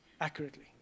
accurately